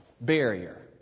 barrier